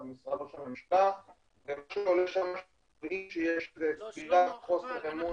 משרד ראש הממשלה --- עולה שם שיש חוסר אמון